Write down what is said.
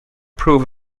proof